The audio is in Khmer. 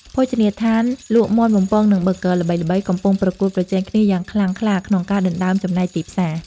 ភោជនីយដ្ឋានលក់មាន់បំពង និងប៊ឺហ្គឺល្បីៗកំពុងប្រកួតប្រជែងគ្នាយ៉ាងខ្លាំងក្លាក្នុងការដណ្តើមចំណែកទីផ្សារ។